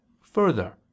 Further